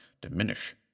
diminish